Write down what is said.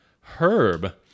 Herb